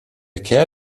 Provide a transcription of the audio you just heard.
care